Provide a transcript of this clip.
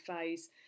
phase